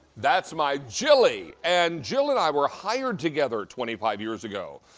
that's my jilly. and jill and i were hired together twenty five years ago.